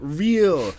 real